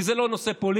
כי זה לא נושא פוליטי,